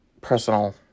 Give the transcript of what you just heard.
personal